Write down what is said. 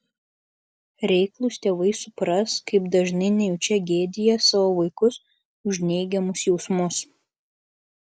reiklūs tėvai supras kaip dažnai nejučia gėdija savo vaikus už neigiamus jausmus